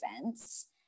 events